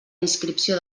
inscripció